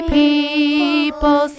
people